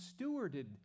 stewarded